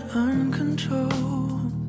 uncontrolled